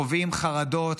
חווים חרדות.